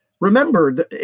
Remember